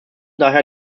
daher